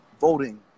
voting